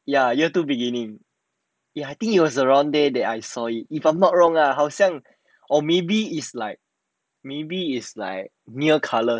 ya year two beginning ya I think it was around there that I saw it if I'm not wrong ah 好像 or maybe is like maybe is like near colours